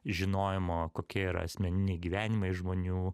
žinojimo kokie yra asmeniniai gyvenimai žmonių